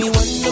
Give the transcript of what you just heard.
one